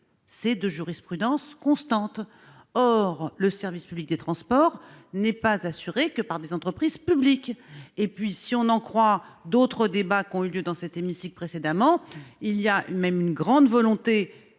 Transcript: c'est de jurisprudence constante. Or le service public des transports n'est pas uniquement assuré par des entreprises publiques. Si l'on en croit d'autres débats qui ont eu lieu dans cet hémicycle précédemment, il existe une forte volonté